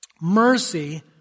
mercy